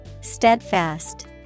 Steadfast